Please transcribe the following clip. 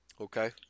Okay